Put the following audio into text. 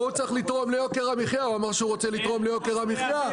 הוא אמר שהוא רוצה לתרום ליוקר המחייה?